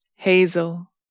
Hazel